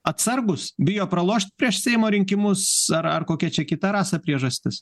atsargūs bijo pralošt prieš seimo rinkimus ar ar kokia čia kita rasa priežastis